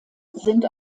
sind